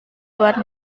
luar